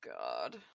God